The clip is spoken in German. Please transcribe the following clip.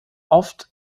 oft